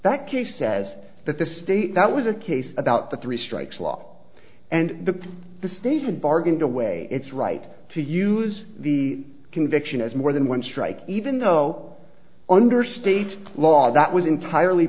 case says that the state that was a case about the three strikes law and the the state had bargained away its right to use the conviction as more than one strike even though under state law that was entirely